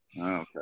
Okay